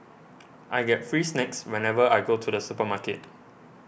I get free snacks whenever I go to the supermarket